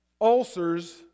ulcers